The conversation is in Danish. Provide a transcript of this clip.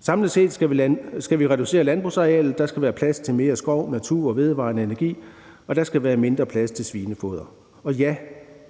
Samlet set skal vi reducere landbrugsarealet. Der skal være plads til mere skov, natur og vedvarende energi, og der skal være mindre plads til svinefoder. Og ja,